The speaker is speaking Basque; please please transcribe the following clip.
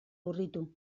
urritu